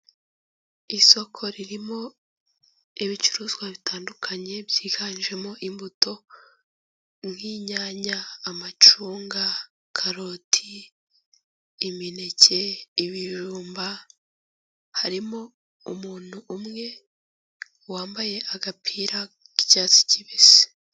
Isoko ririmo ibicuruzwa bitandukanye, byiganjemo imbuto nk'inyanya, amacunga, karoti, imineke, ibijumba, harimo umuntu umwe, wambaye agapira k'icyatsi kibisi.